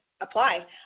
apply